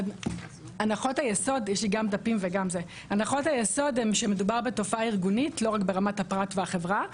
הנחות היסוד הן שמדובר בתופעה ארגונית לא רק ברמת הפרט והחברה,